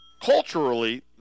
Culturally